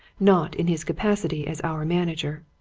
not in his capacity as our manager.